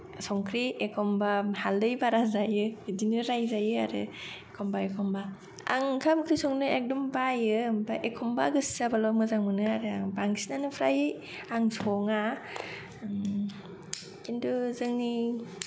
संख्रि एखमबा हाल्दै बारा जायो बिदिनो रायजायो आरो एखम्बा एखम्बा आं ओंखाम ओंख्रि संनो एकदम बायो ओमफ्राय एखमबा गोसो जाबाल' मोजां मोनो आरो आं बांसिनानो फ्राय आं सङा ओम किन्तु जोंनि